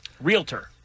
Realtor